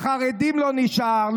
לחרדים לא נשאר,